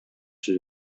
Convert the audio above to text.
сүз